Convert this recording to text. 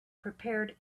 prepared